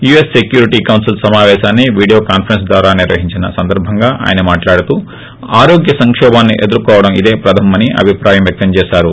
UN security council సమాపేశాన్ని video conference ద్వారా నిర్వహించిన సందర్బంగా ఆయన మాట్లాడుతూ ఆరోగ్య సంకోభాన్ని ఎదుర్కోవడం ఇదే ప్రధమమని అభిప్రాయం వ్యక్తం చేశారు